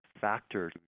factor